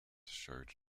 showed